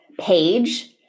page